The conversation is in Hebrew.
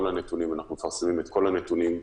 אנחנו מפרסמים את כל הנתונים,